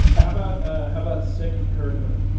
about ah how about sick kirgler?